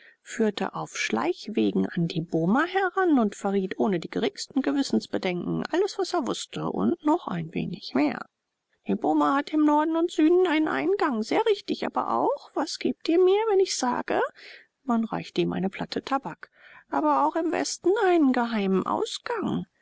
führte auf schleichwegen an die boma heran und verriet ohne die geringsten gewissensbedenken alles was er wußte und noch ein wenig mehr die boma hat im norden und süden einen eingang sehr richtig aber auch was gebt ihr mir wenn ich es sage man reichte ihm eine platte tabak aber auch im westen einen geheimen ausgang